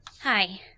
Hi